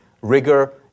rigor